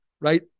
right